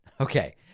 Okay